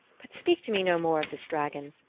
but speak to me no more of this dragon.